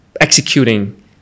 executing